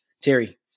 Terry